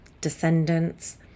descendants